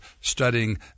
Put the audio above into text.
studying